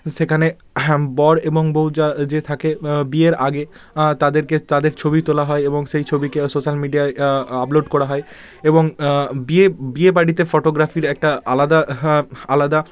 সেখানে বর এবং বউ যা যে থাকে বিয়ের আগে তাদেরকে তাদের ছবি তোলা হয় এবং সেই ছবিকে সোশ্যাল মিডিয়ায় আপলোড করা হয় এবং বিয়ে বিয়ে বাড়িতে ফটোগ্রাফির একটা আলাদা আলাদা